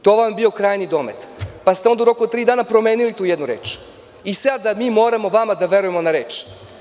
To vam je bio krajnji domet, pa ste onda u roku od tri dana promenili tu jednu reč i sada mi vama moramo da verujemo na reč.